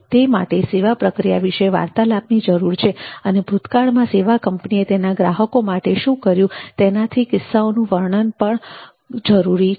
તે માટે સેવા પ્રક્રિયા વિશે વાર્તાલાપની જરૂર છે અને ભૂતકાળમાં સેવા કંપનીએ તેના ગ્રાહકો માટે શું કર્યું તેનાથી કિસ્સાઓનું વર્ણન કરવું પણ જરૂરી છે